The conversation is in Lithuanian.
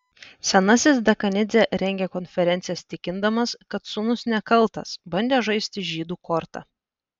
senasis dekanidzė rengė konferencijas tikindamas kad sūnus nekaltas bandė žaisti žydų korta